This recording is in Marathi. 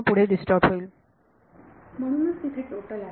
विद्यार्थी म्हणूनच तिथे टोटल आहे